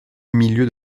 milieu